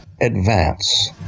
advance